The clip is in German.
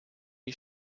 die